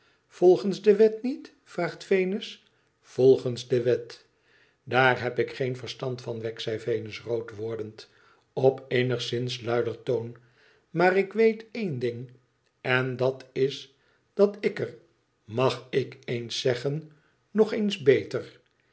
volgens de wet niet vraagt venus volgens de wet daar heb ik geen verstand van wegg zegt venus rood wordende op eenigszins luider toon maar ik weet één ding en dat is dat ik er mag ik eens zeggen nog eens beter